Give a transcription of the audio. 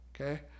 Okay